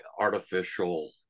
artificial